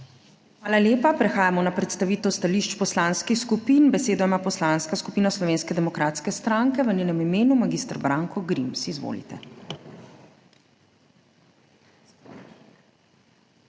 Hvala lepa. Prehajamo na predstavitev stališč poslanskih skupin. Besedo ima Poslanska skupina Slovenske demokratske stranke, v njenem imenu magister Branko Grims. Izvolite.